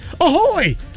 ahoy